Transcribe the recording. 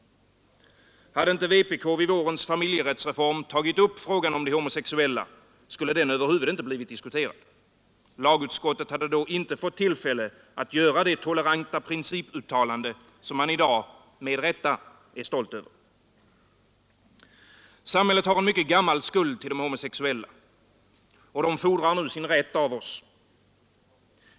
Hade inte vpk vid vårens familjerättsreform tagit upp frågan om de homosexuella, skulle den över huvud inte blivit diskuterad. Lagutskottet hade då inte fått tillfälle att göra det toleranta principuttalande som man i dag med rätta är stolt över. Samhället har en mycket gammal skuld till de homosexuella. Dessa fordrar nu sin rätt av oss.